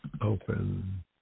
open